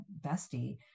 bestie